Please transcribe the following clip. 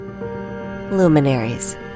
Luminaries